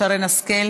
חברת הכנסת שרן השכל,